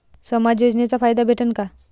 समाज योजनेचा फायदा भेटन का?